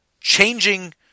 changing